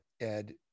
ed